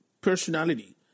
personality